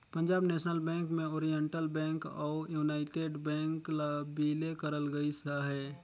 Punjab national bank में oriental bank अउ united bank ल बिले करल गइस अहे